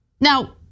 Now